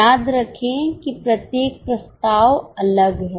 याद रखें कि प्रत्येक प्रस्ताव अलग है